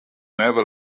never